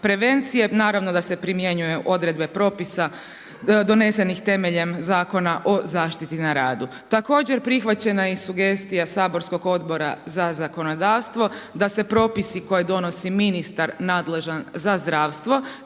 prevencije, naravno da se primjenjuje odredbe propisa donesenih temeljem Zakona o zaštiti na radu. Također prihvaćena je i sugestija saborskog Odbora za zakonodavstvo da se propisi koje donosi ministar nadležan za zdravstvo,